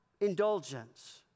indulgence